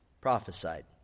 prophesied